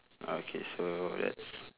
okay so let's